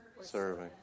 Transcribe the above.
Serving